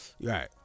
Right